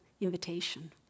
invitation